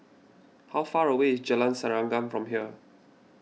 how far away is Jalan Serengam from here